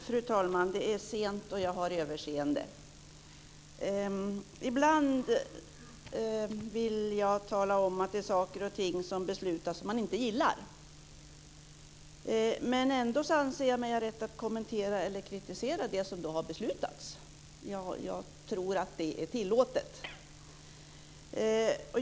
Fru talman! Ibland vill jag tala om att det är saker och ting som beslutas som jag inte gillar och som jag anser mig ha rätt att kommentera och kritisera. Jag tror att det är tillåtet.